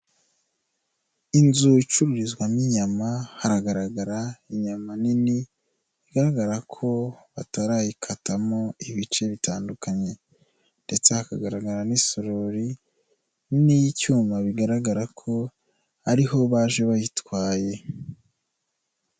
Inzu icururizwamo inyama haragaragara inyama nini bigaragara ko batarayikatamo ibice bitandukanye ndetse hakagaragaramo n'isorori n'iy'icyuma bigaragara ko ari ho baje bayitwaye.